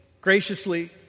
graciously